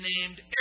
named